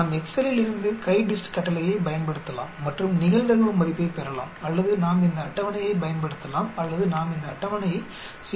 நாம் எக்செல் இலிருந்து CHI DIST கட்டளையைப் பயன்படுத்தலாம் மற்றும் நிகழ்தகவு மதிப்பைப் பெறலாம் அல்லது நாம் இந்த அட்டவணையைப் பயன்படுத்தலாம் அல்லது நாம் இந்த அட்டவணையை 0